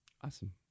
Awesome